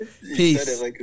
Peace